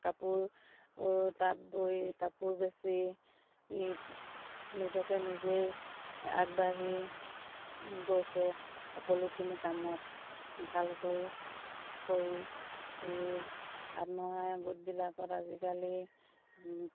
কাপোৰ তাত বৈ কাপোৰ বেচি নিজকে নিজেই আগবাঢ়ি গৈছে সকলোখিনি কামত ভালকৈ কৰি আত্মসহায়ক গোটবিলাকত আজিকালি